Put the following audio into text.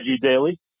Daily